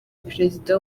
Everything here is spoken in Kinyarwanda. perezida